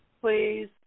please